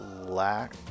lack